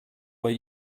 were